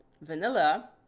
vanilla